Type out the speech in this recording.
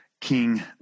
King